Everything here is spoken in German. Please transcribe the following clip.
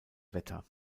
wetter